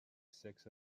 six